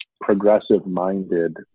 progressive-minded